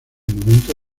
momento